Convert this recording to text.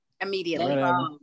Immediately